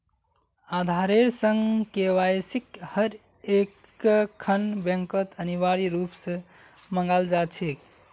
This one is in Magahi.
आधारेर संग केवाईसिक हर एकखन बैंकत अनिवार्य रूप स मांगाल जा छेक